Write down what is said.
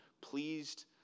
pleased